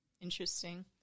Interesting